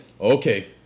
okay